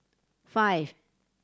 five